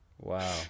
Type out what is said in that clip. wow